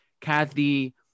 Kathy